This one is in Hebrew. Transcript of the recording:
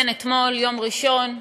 כן, אתמול, ביום ראשון,